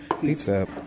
pizza